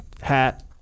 hat